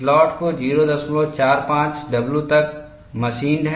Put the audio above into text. slot को 045 w तक machined है